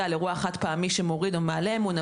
על אירוע חד פעמי שמוריד או מעלה אמון,